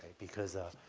because, ah,